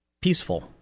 peaceful